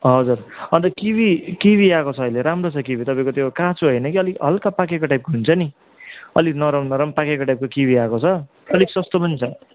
हजुर अन्त kiwi kiwi आएको छ अहिले राम्रो छ किवी तपाईँको त्यो काँचो होइन कि अलिक हल्का पाकेको टाइपको हुन्छ नि अलिक नरम नरम पाकेको टाइपको किवी आएको छ अलिक सस्तो पनि छ